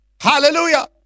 hallelujah